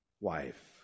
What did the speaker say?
wife